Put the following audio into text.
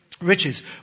Riches